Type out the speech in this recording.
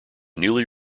newly